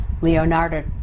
Leonardo